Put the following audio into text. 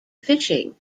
fishing